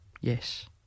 Yes